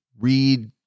read